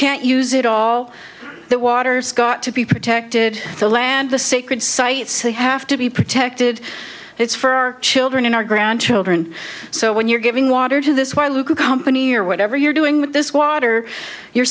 can't use it all that water's got to be protected the land the sacred sites they have to be protected it's for our children and our grandchildren so when you're giving water to this while you company or whatever you're doing with this water you're